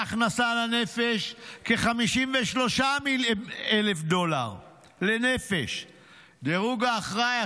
ההכנסה לנפש היא כ-53,000 דולר ודירוג האשראי,